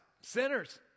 sinners